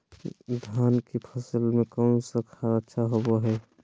धान की फ़सल में कौन कौन खाद अच्छा होबो हाय?